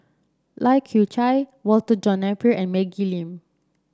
Lai Kew Chai Walter John Napier and Maggie Lim